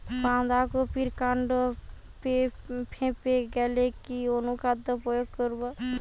বাঁধা কপির কান্ড ফেঁপে গেলে কি অনুখাদ্য প্রয়োগ করব?